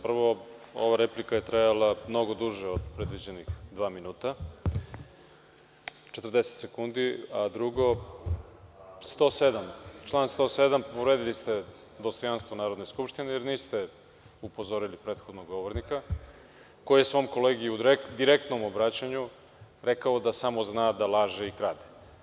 Prvo, ova replika je trajala mnogo duže od predviđena dva minuta, 40 sekundi, a drugo, član 107. - povredili ste dostojanstvo Narodne skupštine, jer niste upozorili prethodnog govornika koji je svom kolegi u direktnom obraćanju rekao da samo zna da laže i krade.